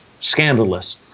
scandalous